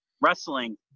wrestling